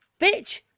Bitch